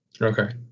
Okay